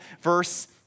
verse